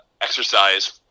exercise